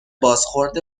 بازخورد